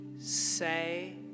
say